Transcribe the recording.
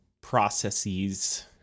processes